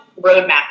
roadmap